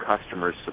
customer's